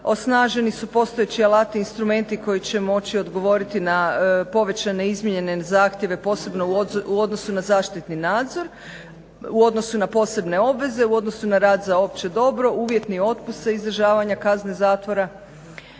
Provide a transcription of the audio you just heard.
osnaženi su postojeći alati i instrumenti koji će moći odgovoriti na povećane izmijenjene zahtjeve posebno u odnosu na zaštitni nadzor, u odnosu na posebne obveze u odnosu na rad za opće dobro uvjetni otpust izdržavanja kazne zatvora.